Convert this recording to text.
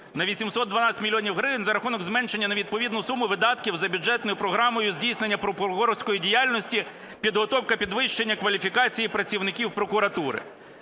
на 812 мільйонів гривень за рахунок зменшення на відповідну суму видатків за бюджетною програмою "Здійснення прокурорської діяльності, підготовка, підвищення кваліфікації працівників прокуратури".